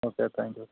okay thank you